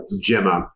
Gemma